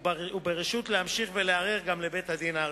וברשות, להמשיך ולערער גם לבית-הדין הארצי.